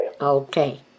Okay